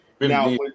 Now